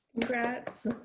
Congrats